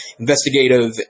investigative